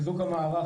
המערך.